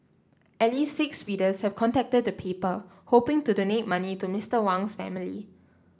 at least six readers have contacted the paper hoping to donate money to Mister Wang's family